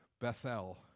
Bethel